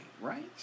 right